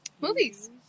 Movies